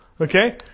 okay